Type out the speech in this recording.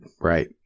right